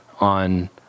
on